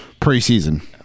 preseason